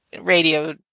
radio